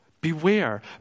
beware